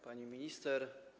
Pani Minister!